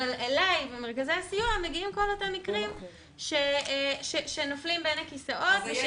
אבל אלי ולמרכזי הסיוע מגיעים כל אותם מקרים שנופלים בין הכיסאות.